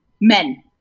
Men